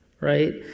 right